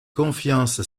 confiance